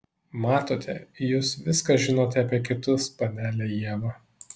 matote jūs viską žinote apie kitus panele ieva